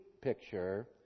picture